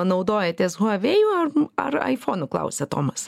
naudojatės huavėju ar ar aifonu klausia tomas